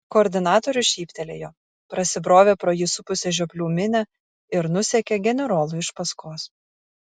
koordinatorius šyptelėjo prasibrovė pro jį supusią žioplių minią ir nusekė generolui iš paskos